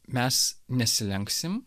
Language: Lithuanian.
mes nesilenksim